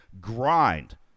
grind